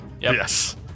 Yes